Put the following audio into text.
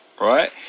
Right